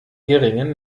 geringen